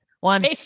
One